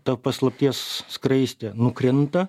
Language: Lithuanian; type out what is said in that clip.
ta paslapties skraistė nukrinta